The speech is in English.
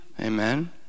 Amen